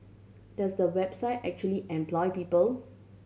does the website actually employ people